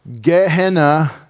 Gehenna